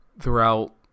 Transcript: throughout